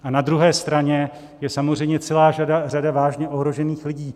A na druhé straně je samozřejmě celá řada vážně ohrožených lidí.